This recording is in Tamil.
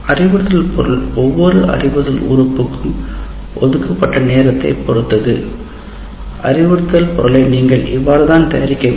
அறிவுறுத்தல் பொருள் ஒவ்வொரு அறிவுறுத்தல் உறுப்புக்கும் ஒதுக்கப்பட்ட நேரத்தைப் பொறுத்தது அறிவுறுத்தல் பொருளை நீங்கள் இவ்வாறு தான் தயாரிக்க வேண்டும்